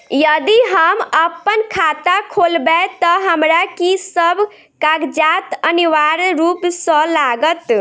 यदि हम अप्पन खाता खोलेबै तऽ हमरा की सब कागजात अनिवार्य रूप सँ लागत?